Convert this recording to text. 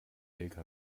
lkw